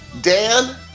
Dan